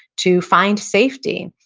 to find safety.